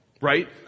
right